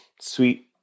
sweet